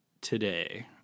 today